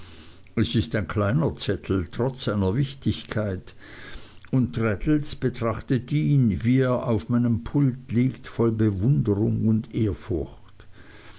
es ist ein kleiner zettel trotz seiner wichtigkeit und traddles betrachtet ihn wie er auf meinem pult liegt voll bewunderung und ehrfurcht